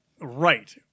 right